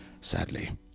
sadly